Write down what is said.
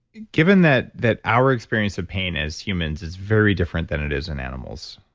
given that that our experience of pain as humans is very different than it is in animals,